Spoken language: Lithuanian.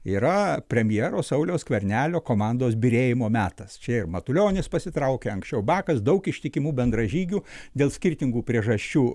yra premjero sauliaus skvernelio komandos byrėjimo metas čia ir matulionis pasitraukė anksčiau bakas daug ištikimų bendražygių dėl skirtingų priežasčių